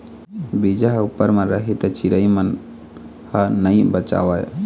बीजा ह उप्पर म रही त चिरई मन ह नइ बचावय